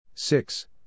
Six